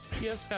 Yes